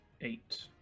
Eight